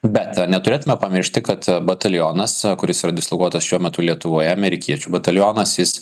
bet neturėtume pamiršti kad batalionas kuris yra dislokuotas šiuo metu lietuvoje amerikiečių batalionas jis